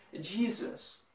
Jesus